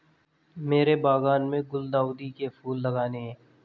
मेरे बागान में गुलदाउदी के फूल लगाने हैं